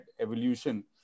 evolution